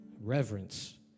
Reverence